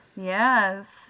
Yes